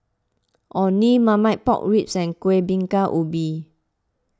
Orh Nee Marmite Pork Ribs and Kueh Bingka Ubi